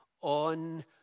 on